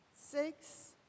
six